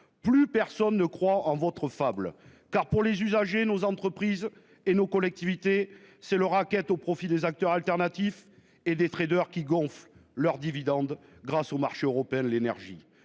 Plus personne ne croit en votre fable car pour les usagers, nos entreprises et nos collectivités. C'est le raquette au profit des acteurs alternatifs et des traders qui gonflent leurs dividendes grâce au marché européen de l'énergie.